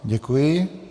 Děkuji.